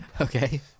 Okay